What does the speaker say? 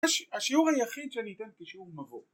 השיעור היחיד שאני אתן כשיעור מבוא